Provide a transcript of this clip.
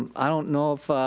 um i don't know if